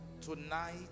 tonight